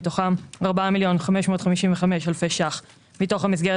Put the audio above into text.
מתוכם 756 אלפי ₪ מתוך המסגרת